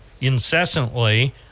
incessantly